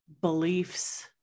beliefs